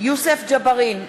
יוסף ג'בארין,